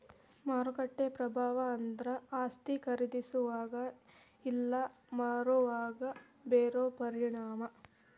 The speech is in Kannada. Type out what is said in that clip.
ಮಾರುಕಟ್ಟೆ ಪ್ರಭಾವ ಅಂದ್ರ ಆಸ್ತಿ ಖರೇದಿಸೋವಾಗ ಇಲ್ಲಾ ಮಾರೋವಾಗ ಬೇರೋ ಪರಿಣಾಮ